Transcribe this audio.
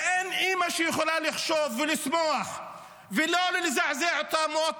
אין אימא שיכולה לחשוב ולשמוח ולא להזדעזע ממות